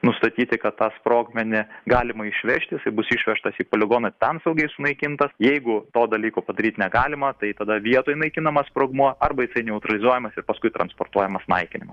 nustatyti kad tą sprogmenį galima išvežti jisai bus išvežtas į poligoną ten saugiai sunaikintas jeigu to dalyko padaryt negalima tai tada vietoj naikinamas sprogmuo arba jisai neutralizuojamas ir paskui transportuojamas naikinimui